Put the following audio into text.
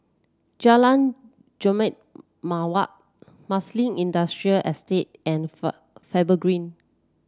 Jalan Jambu Mawar Marsiling Industrial Estate and Far Faber Green